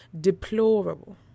deplorable